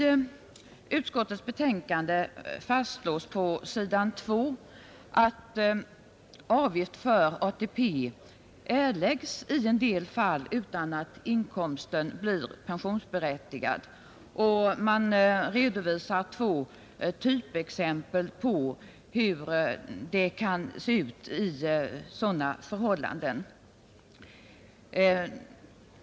I utskottets betänkande fastslås på s. 2 att avgift för ATP i en del fall erläggs utan att inkomsten blir pensionsgrundande. I betänkandet redovisas två typexempel på hur det kan se ut under sådana förhållanden.